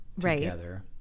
together